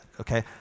Okay